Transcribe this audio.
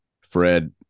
Fred